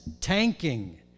tanking